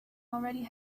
already